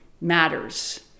matters